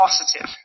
positive